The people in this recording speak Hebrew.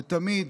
ותמיד